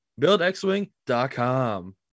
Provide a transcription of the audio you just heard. BuildXwing.com